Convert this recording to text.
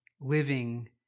living